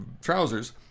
trousers